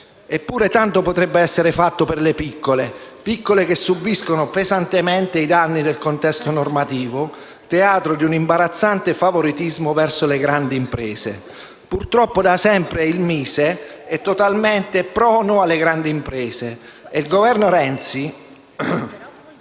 Eppure tanto potrebbe essere fatto per le piccole, che subiscono pesantemente i danni del contesto normativo, teatro di un imbarazzante favoritismo verso le grandi imprese. Purtroppo da sempre il Ministero dello sviluppo economico è totalmente prono alle grandi imprese